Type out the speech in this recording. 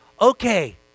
okay